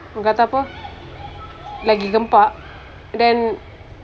orang kata apa lagi gempak then